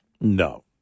No